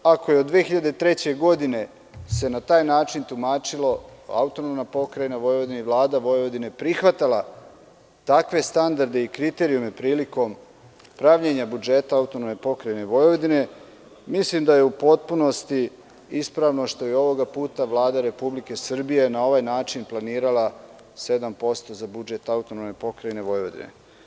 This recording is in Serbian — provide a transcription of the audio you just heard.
Ako se od 2003. godine na taj način tumačilo AP Vojvodina i Vlada Vojvodine prihvatala takve standarde i kriterijume prilikom pravljenja budžeta AP Vojvodine mislim da je u potpunosti ispravno što je ovoga puta Vlada Republike Srbije na ovaj način planirala 7% za budžet AP Vojvodine.